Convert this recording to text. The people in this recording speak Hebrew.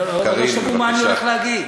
הם עוד לא שמעו מה אני הולך להגיד.